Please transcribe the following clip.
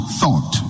thought